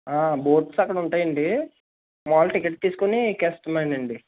boats అక్కడుంటాయండి మామూలుగా tickets తీసుకుని ఎక్కేయడేమండి